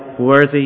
worthy